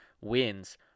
wins